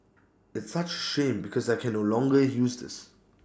it's such A shame because I can no longer use this